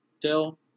Dill